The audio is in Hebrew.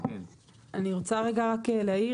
אני רוצה רגע רק להעיר,